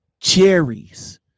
Cherries